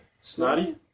Snotty